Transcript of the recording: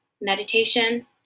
meditation